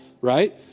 right